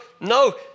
no